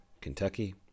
Kentucky